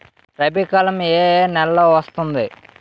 రబీ కాలం ఏ ఏ నెలలో వస్తుంది?